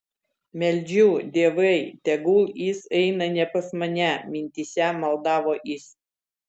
meldžiu dievai tegul jis eina ne pas mane mintyse maldavo jis